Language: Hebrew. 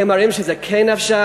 הם מראים שזה כן אפשרי.